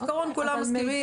בסדר, העיקרון, כולם מסכימים,